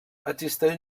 existeix